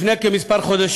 לפני כמה חודשים